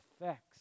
effects